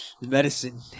Medicine